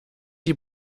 die